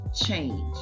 change